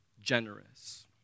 generous